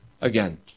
again